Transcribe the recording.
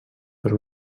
per